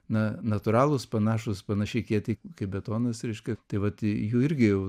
na natūralūs panašūs panašiai kieti kaip betonas reiškia tai vat jų irgi jau